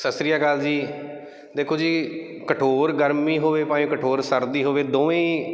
ਸਤਿ ਸ਼੍ਰੀ ਅਕਾਲ ਜੀ ਦੇਖੋ ਜੀ ਕਠੋਰ ਗਰਮੀ ਹੋਵੇ ਭਾਵੇਂ ਕਠੋਰ ਸਰਦੀ ਹੋਵੇ ਦੋਵੇਂ ਹੀ